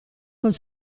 col